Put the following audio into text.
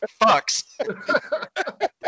fucks